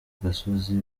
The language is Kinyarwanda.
gasozi